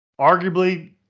Arguably